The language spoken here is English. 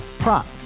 Prop